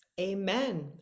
Amen